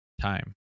time